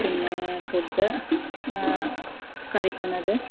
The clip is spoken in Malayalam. പിന്നേ ഫുഡ് കഴിക്കുന്നത്